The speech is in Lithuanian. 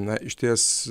na išties